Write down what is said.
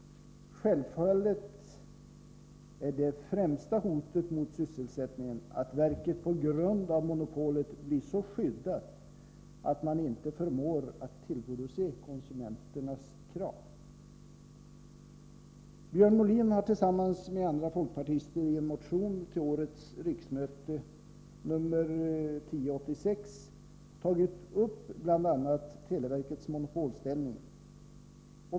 Självfallet är det främsta hotet mot sysselsättningen att verket på grund av monopolet blir så skyddat att man inte förmår att tillgodose konsumenternas krav. Björn Molin har tillsammans med andra folkpartister i en motion till årets riksmöte, nr 1088, tagit upp bl.a. televerkets monopolställning.